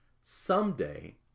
someday